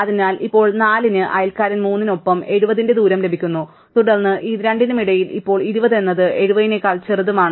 അതിനാൽ ഇപ്പോൾ 4 ന് അയൽക്കാരൻ 3 നൊപ്പം 70 ന്റെ ദൂരം ലഭിക്കുന്നു തുടർന്ന് ഈ രണ്ടിനുമിടയിൽ ഇപ്പോൾ 20 എന്നത് 70 നേക്കാൾ ചെറുതാണ്